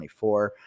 24